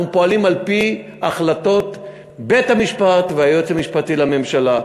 אנחנו פועלים על-פי החלטות בית-המשפט והיועץ המשפטי לממשלה,